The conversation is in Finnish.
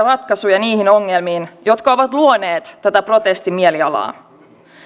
ratkaisuja niihin ongelmiin jotka ovat luoneet tätä protestimieli alaa